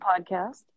podcast